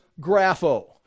grapho